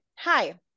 hi